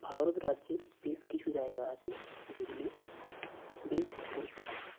ভারত রাজ্যের বেশ কিছু জায়গা আছে যেগুলি বেশ গুরুত্বপূর্ণ